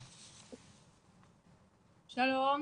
שלום.